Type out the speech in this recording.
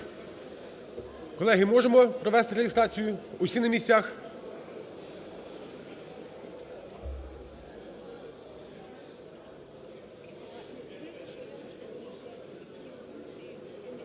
Колеги, можемо провести реєстрацію? Всі на місця